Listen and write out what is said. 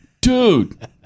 Dude